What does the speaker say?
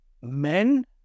men